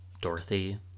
Dorothy